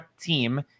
team